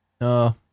No